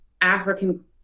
African